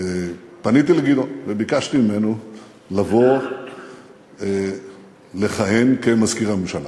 פניתי לגדעון וביקשתי ממנו לבוא לכהן כמזכיר הממשלה.